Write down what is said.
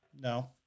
no